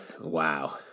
Wow